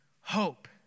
hope